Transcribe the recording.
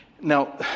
Now